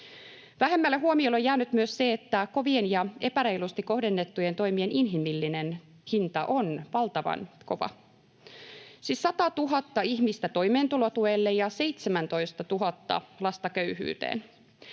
Vähemmälle huomiolle on jäänyt myös se, että kovien ja epäreilusti kohdennettujen toimien inhimillinen hinta on valtavan kova: 100 000 ihmistä toimeentulotuelle ja 17 000 lasta köyhyyteen.